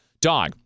Dog